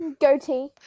goatee